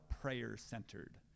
prayer-centered